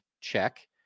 Check